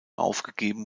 aufgegeben